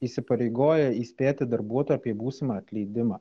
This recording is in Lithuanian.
įsipareigoja įspėti darbuotoją apie būsimą atleidimą